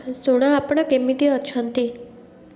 ଶୁଣ ଆପଣ କେମିତି ଅଛନ୍ତି